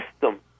system